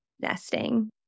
nesting